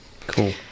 Cool